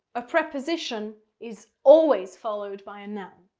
a preposition is always followed by a noun.